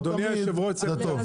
אדוני היו"ר,